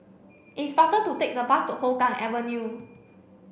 it's faster to take the bus to Hougang Avenue